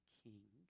king